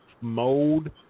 mode